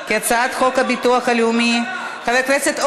וציפי לבני, וגם את שלי יחימוביץ.